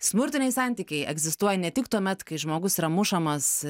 smurtiniai santykiai egzistuoja ne tik tuomet kai žmogus yra mušamas